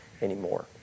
anymore